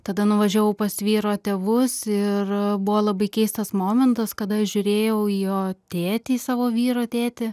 tada nuvažiavau pas vyro tėvus ir buvo labai keistas momentas kada žiūrėjau į jo tėtį į savo vyro tėtį